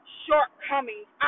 shortcomings